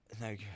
No